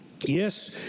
Yes